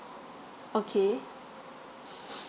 okay